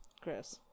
Chris